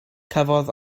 cafodd